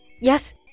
Yes